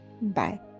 Bye